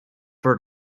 for